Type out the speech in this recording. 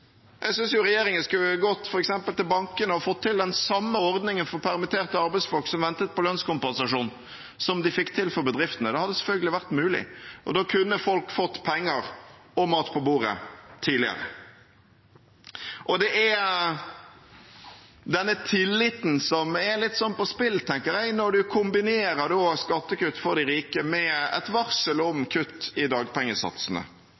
Jeg synes regjeringen f.eks. skulle ha gått til bankene og fått til den samme ordningen for permitterte arbeidsfolk som ventet på lønnskompensasjon, som de fikk til for bedriftene. Det hadde selvfølgelig vært mulig. Da kunne folk fått penger og mat på bordet tidligere. Det er denne tilliten som står litt på spill når man kombinerer skattekutt for de rike med et varsel